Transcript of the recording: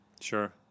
Sure